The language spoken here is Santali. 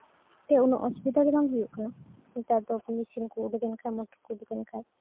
ᱚᱱᱟᱛᱮ ᱚᱥᱩᱵᱤᱫᱷᱟ ᱫᱚ ᱵᱟᱝ ᱦᱩᱭᱩᱜ ᱠᱟᱱᱟ ᱱᱮᱛᱟᱨ ᱫᱚ ᱢᱮᱹᱥᱤᱱ ᱠᱚ ᱩᱰᱩᱠᱮᱱ ᱠᱷᱟᱡ ᱢᱚᱴᱚᱨ ᱠᱚ ᱩᱰᱩᱠᱮᱱ ᱠᱷᱟᱡ